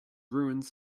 ruins